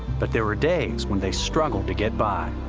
but there were days when they struggled to get by.